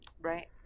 Right